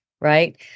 Right